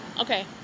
Okay